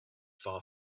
far